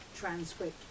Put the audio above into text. transcript